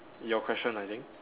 your question I think